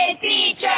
teacher